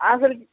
అసలు